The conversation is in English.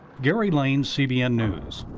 gary lane, cbn news.